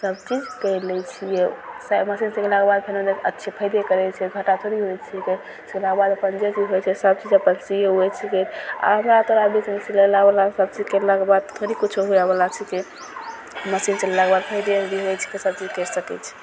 सभचीज करि लै छियै सिलाइ मशीनसँ कयलाक बाद फेन ओइमे अच्छे फाइदे करय छै घाटा थोड़ी होइ छिकै से बाद अपन जे चीज होइ छै सभचीज अपन सियइ उअइ छियै आधा तऽ बीच बीचमे गेला उला सभचीज करलाक बाद थोड़ी कुछो होइवला छिकै मशीन चलेलाके बाद फेन जे भी होइ छिकै सभचीज करि सकय छियै